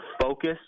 focus